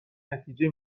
نتیجه